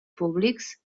públics